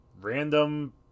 random